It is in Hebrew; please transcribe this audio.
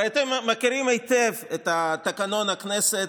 הרי אתם מכירים היטב את תקנון הכנסת.